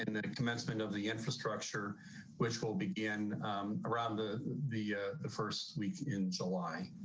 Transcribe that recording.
and the commencement of the infrastructure which will begin around the the the first week in july.